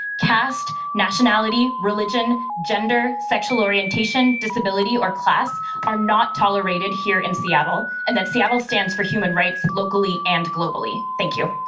caste, nationality, religion, gender, sexual orientation, disability, or class are not tolerated here in seattle, and seattle stands for human rights locally and globally. thank you.